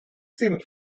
seem